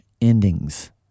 endings